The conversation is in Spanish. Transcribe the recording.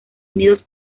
unidos